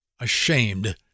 ashamed